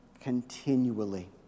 continually